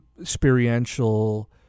experiential